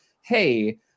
Hey